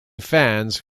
fans